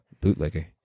Bootlegger